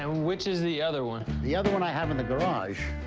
ah which is the other one? the other one i have in the garage.